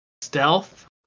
stealth